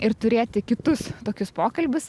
ir turėti kitus tokius pokalbius